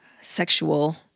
sexual